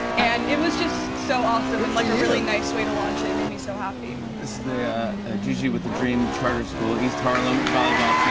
and it was just so awesome and like a really nice way to launch it. it made me so happy. this is ah gigi with the dream charter school east harlem volleyball